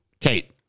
Kate